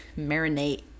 marinate